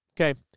Okay